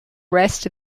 rest